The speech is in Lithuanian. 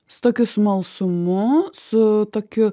su tokiu smalsumu su tokiu